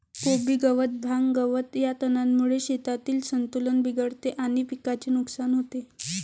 कोबी गवत, भांग, गवत या तणांमुळे शेतातील संतुलन बिघडते आणि पिकाचे नुकसान होते